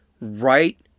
right